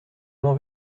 m’en